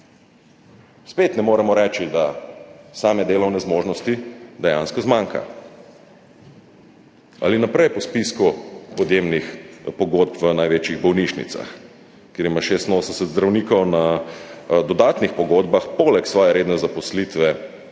Spet ne moremo reči, da same delovne zmožnosti dejansko zmanjka. Ali naprej po spisku podjemnih pogodb v največjih bolnišnicah, kjer ima 86 zdravnikov na dodatnih pogodbah poleg svoje redne zaposlitve